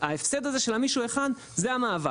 ההפסד הזה של המישהו האחד, זה המאבק.